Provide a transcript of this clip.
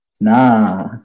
Nah